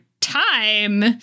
time